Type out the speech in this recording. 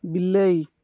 ବିଲେଇ